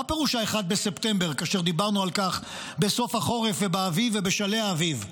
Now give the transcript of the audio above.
מה פירוש 1 בספטמבר כאשר דיברנו על כך בסוף החורף ובאביב ובשלהי האביב?